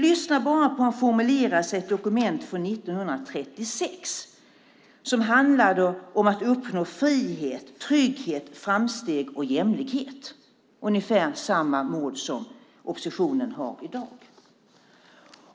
Lyssna bara på hur han formulerade sig i ett dokument från 1936 som handlar om att uppnå frihet, trygghet, framsteg och jämlikhet, alltså ungefär samma mål som oppositionen har i dag.